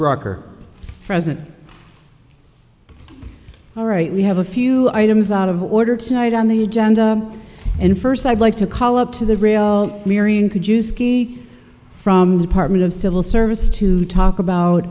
brocker present all right we have a few items out of order tonight on the agenda and first i'd like to call up to the real marion could use key from department of civil service to talk about